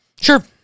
Sure